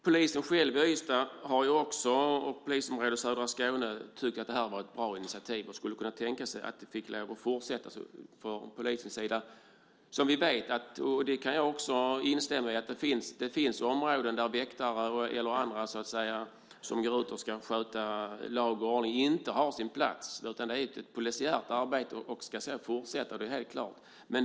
Polisen i Ystad själv och Polisområde Södra Skåne tycker att detta varit ett bra initiativ och kan tänka sig från polisens sida att det får lov att fortsätta. Jag kan instämma i att det finns områden där väktare eller andra som ska gå ut och sköta lag och ordning inte har sin plats, utan det är ett polisärt arbete och ska så fortsätta att vara. Det är helt klart.